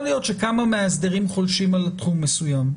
להיות שכמה מאסדרים חולשים על תחום מסוים,